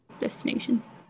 destinations